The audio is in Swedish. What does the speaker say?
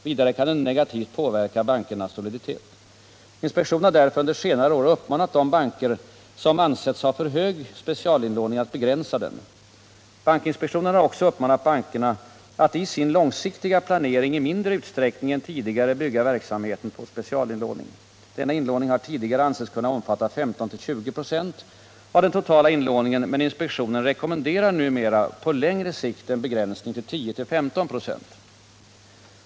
Vidare kan den negativt påverka bankernas soliditet. Inspektionen har därför under senare år uppmanat de banker som ansetts ha för hög specialinlåning att begränsa den. Bankinspektionen har också uppmanat bankerna att i sin långsiktiga planering i mindre utsträckning än tidigare bygga verksam 45 heten på specialinlåning. Denna inlåning har tidigare ansetts kunna omfatta 15-20 926 av den totala inlåningen, men inspektionen rekommenderar numera på längre sikt en begränsning till 10-15 926.